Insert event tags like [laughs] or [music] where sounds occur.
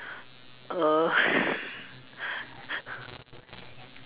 err [laughs]